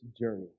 journey